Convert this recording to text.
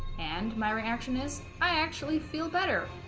and my reaction is i actually feel better